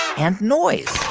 and noise